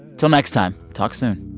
till next time, talk soon